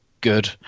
good